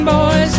Boys